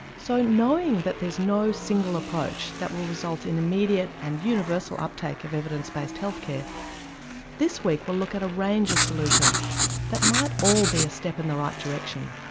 so knowing that there's no single approach that will result in immediate and universal uptake of evidence based health care this week we'll look at a range of solutions that might all be a step in the right direction.